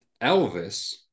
Elvis